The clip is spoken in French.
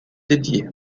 dédié